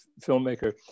filmmaker